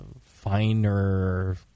finer